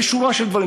בשורה של דברים.